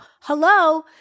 hello